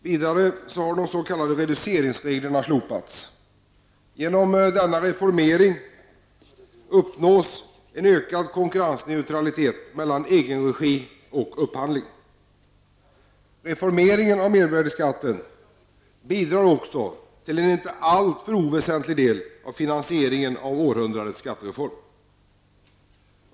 Vidare har de s.k. reduceringsreglerna slopats. Genom denna reformering uppnås även en ökad konkurrensneutralitet mellan egenregi och upphandling. Reformeringen av mervärdeskatten bidrar också till en inte alltför oväsentlig del av finansieringen av århundradets skattereform.